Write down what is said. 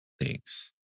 thanks